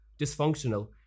dysfunctional